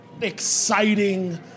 exciting